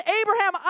Abraham